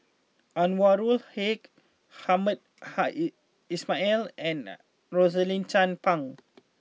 Anwarul Haque Hamed hi Ismail and Rosaline Chan Pang